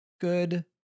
good